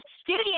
studio